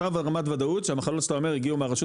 אותה רמת וודאות שהמחלות שאתה אומר הגיעו מהרשות